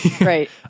Right